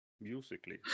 musically